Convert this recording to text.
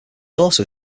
also